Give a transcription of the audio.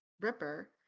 Ripper